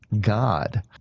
God